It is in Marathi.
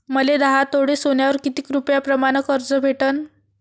मले दहा तोळे सोन्यावर कितीक रुपया प्रमाण कर्ज भेटन?